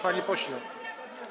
Panie pośle.